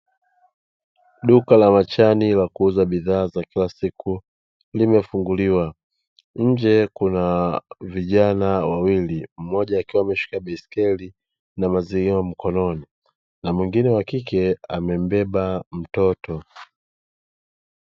Duka la wachani la kuuza bidhaa za kila siku limefunguliwa. Nje kuna vijana wawili mmoja akiwa ameshika baiskeli na maziwa mkononi na mwingine wa kike akiwa amembeba mtoto .